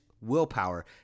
willpower